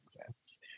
exists